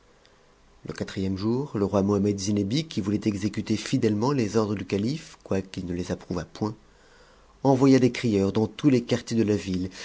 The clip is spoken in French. le quatrième jour le roi mobammed zinebi qui voulait exécuter fidèlement les ordres du calife quoiqu'il ne les approuvât point envoya des crieurs dans tous les quartiers de la ville